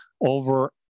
over